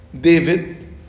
David